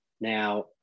Now